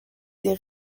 des